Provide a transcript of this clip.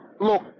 look